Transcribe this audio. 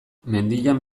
mendian